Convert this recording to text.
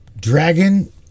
Dragon